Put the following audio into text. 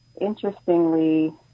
interestingly